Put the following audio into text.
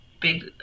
big